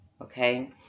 Okay